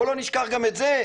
בואו לא נשכח גם את זה,